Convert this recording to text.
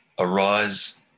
Arise